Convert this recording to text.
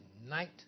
night